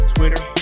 Twitter